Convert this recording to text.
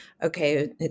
okay